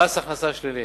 מס הכנסה שלילי,